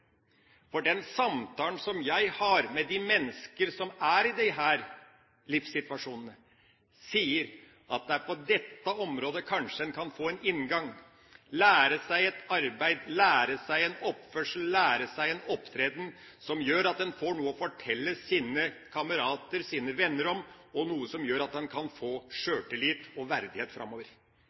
for den samtalen jeg har med mennesker som er i disse livssituasjonene, tilsier at det er på dette området en kanskje kan få en inngang: lære seg et arbeid, lære seg en oppførsel, lære seg en opptreden som gjør at en får noe å fortelle sine kamerater og venner om, og noe som gjør at en kan få sjøltillit og verdighet framover.